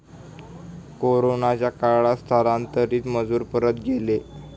कोरोनाच्या काळात स्थलांतरित मजूर परत गेले